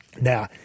Now